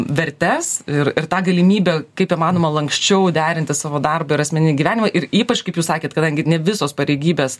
vertes ir ir tą galimybę kaip įmanoma lanksčiau derinti savo darbą ir asmeninį gyvenimą ir ypač kaip jūs sakėt kadangi ne visos pareigybės